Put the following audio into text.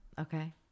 Okay